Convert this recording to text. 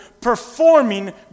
performing